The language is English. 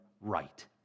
right